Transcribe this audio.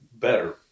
better